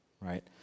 right